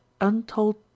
untold